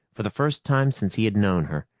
for the first time since he had known her,